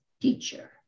teacher